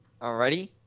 Alrighty